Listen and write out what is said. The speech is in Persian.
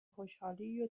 خوشحالیو